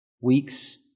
weeks